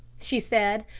she said.